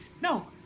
no